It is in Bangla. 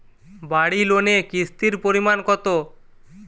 বাড়ি লোনে কিস্তির পরিমাণ কত?